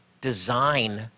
design